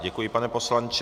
Děkuji, pane poslanče.